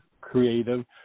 creative